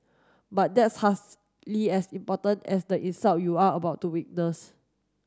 but that's as important as the insult you are about to witness